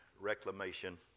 Reclamation